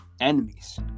enemies